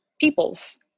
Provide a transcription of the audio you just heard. people's